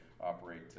operate